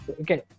Okay